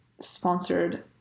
sponsored